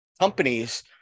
companies